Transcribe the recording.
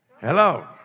Hello